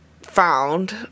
found